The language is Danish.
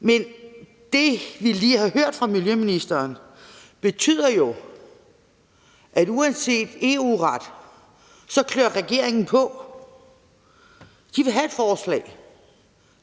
men det, vi lige har hørt fra miljøministeren, betyder jo, at uanset EU-retten så klør regeringen på. Den vil have et forslag,